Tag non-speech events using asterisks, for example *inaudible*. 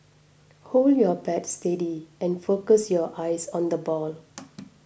hold your bat steady and focus your eyes on the ball *noise*